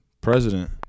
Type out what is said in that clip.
president